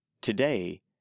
Today